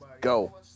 go